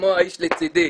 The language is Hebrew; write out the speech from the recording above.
כמו האיש לצדי,